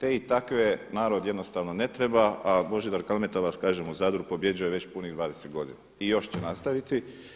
Te i takve narod jednostavno ne treba, a Božidar Kalmeta vas kažem u Zadru pobjeđuje već punih 20 godina i još će nastaviti.